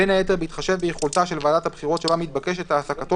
בין היתר בהתחשב ביכולתה של ועדת הבחירות שבה מתבקשת העסקתו